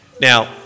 Now